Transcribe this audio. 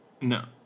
No